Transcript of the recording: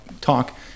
Talk